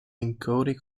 encoding